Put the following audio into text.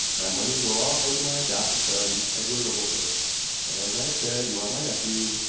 my money will all go to my adopted son, edward oglethorpe but, as i have said, you are my nephew,